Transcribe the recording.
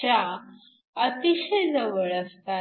च्या अतिशय जवळ असतात